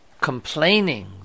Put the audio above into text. complaining